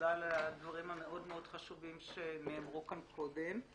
תודה על הדברים המאוד מאוד חשובים שנאמרו כאן קודם,